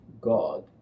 God